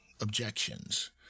objections